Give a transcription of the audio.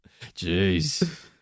Jeez